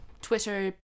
Twitter